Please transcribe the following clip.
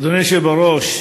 אדוני היושב בראש,